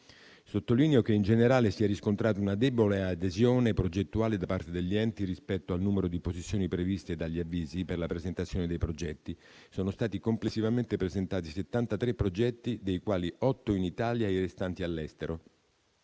Sottolineo che in generale si è riscontrata una debole adesione progettuale da parte degli enti rispetto al numero di posizioni previste dagli avvisi per la presentazione dei progetti. Sono stati complessivamente presentati 73 progetti, dei quali 8 in Italia e i restanti all'estero.